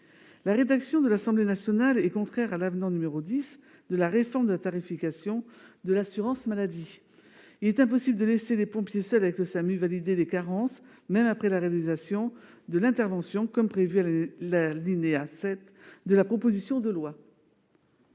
La rédaction de l'Assemblée nationale est contraire à l'avenant n° 10 de la réforme de la tarification de l'assurance maladie. Il est impossible de laisser les pompiers seuls avec le SAMU valider les carences, même après la réalisation de l'intervention, comme prévu à l'alinéa 7 de la proposition de loi.